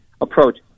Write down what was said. approach